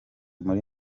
muri